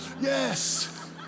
Yes